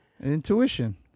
Intuition